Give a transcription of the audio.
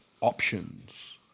options